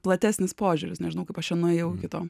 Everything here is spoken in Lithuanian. platesnis požiūris nežinau kaip aš čia nuėjau kito